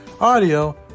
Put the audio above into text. audio